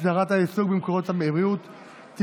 הסדרת העיסוק במקצועות הבריאות (תיקון,